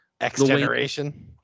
X-Generation